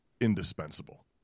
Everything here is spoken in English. indispensable